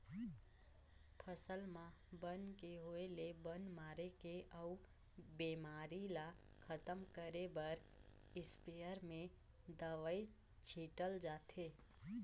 फसल म बन के होय ले बन मारे के अउ बेमारी ल खतम करे बर इस्पेयर में दवई छिटल जाथे